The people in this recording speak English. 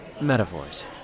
metaphors